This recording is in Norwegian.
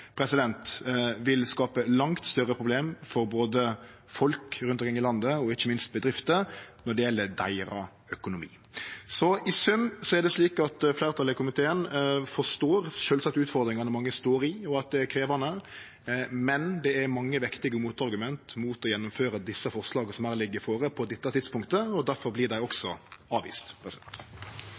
vil skape langt større problem for både folk rundt omkring i landet og ikkje minst for bedrifter når det gjeld deira økonomi. Så i sum er det slik at fleirtalet i komiteen sjølvsagt forstår utfordringane mange står i, og at det er krevjande, men det er mange vektige motargument mot å gjennomføre desse forslaga som her ligg føre på dette tidspunktet. Derfor vert dei også